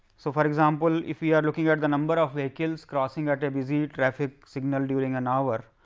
so, for example, if we are looking at the number ah vehicles crossing at a busy traffic signal during an hour.